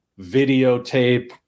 videotape